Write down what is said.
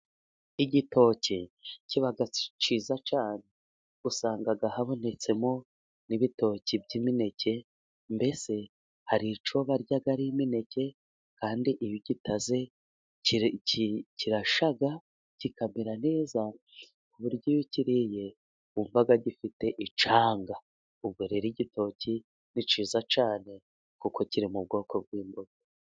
Igitoki kiba kiza cyane. usanga habonetsemo n'ibitoki by'imineke， mbese hari icyo barya ari imineke，kandi iyo ugitaze kirashya kikamera neza，ku buryo iyo ukiriye， wumva gifite icyanga. Ubwo rero igitoki ni cyiza cyane，kuko kiri mu bwoko bw'imboga.